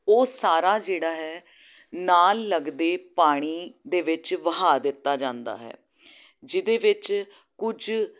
ਉਹ ਸਾਰਾ ਜਿਹੜਾ ਹੈ ਨਾਲ ਲੱਗਦੇ ਪਾਣੀ ਦੇ ਵਿੱਚ ਵਹਾਅ ਦਿੱਤਾ ਜਾਂਦਾ ਹੈ ਜਿਹਦੇ ਵਿੱਚ ਕੁਝ